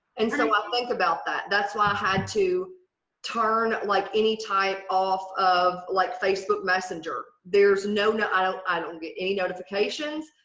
and so ah think about that. that's why i had to turn like any type of of like facebook messenger. there's no, i don't i don't get any notifications.